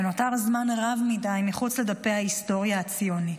ונותר זמן רב מדי מחוץ לדפי ההיסטוריה הציונית.